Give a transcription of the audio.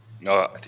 No